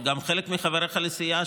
וגם חלק מחבריך לסיעה,